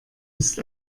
ist